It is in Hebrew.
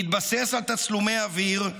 בהתבסס על תצלומי אוויר,